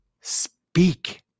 speak